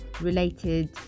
related